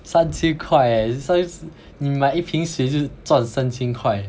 三千块 leh 你买一瓶水就赚三千块